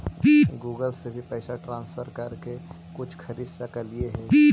Google से भी पैसा ट्रांसफर कर के कुछ खरिद सकलिऐ हे?